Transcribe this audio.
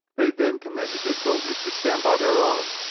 they then commanded their soldiers to stand by their arms,